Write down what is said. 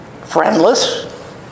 friendless